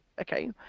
okay